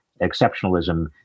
exceptionalism